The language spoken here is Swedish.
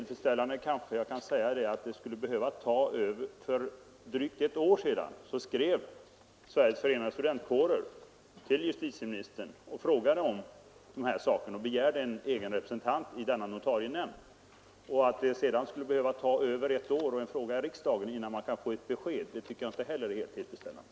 För drygt ett år sedan skrev Sveriges Förenade studentkårer till justitieminstern, frågade om de här sakerna och begärde egen representant i notarienämnden. Att det sedan skulle behöva ta över ett år och krävas en fråga i riksdagen innan man kunde få ett besked tycker jag inte heller är helt tillfredsställande.